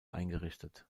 eingerichtet